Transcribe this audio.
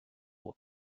will